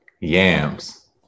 Yams